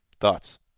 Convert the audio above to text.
thoughts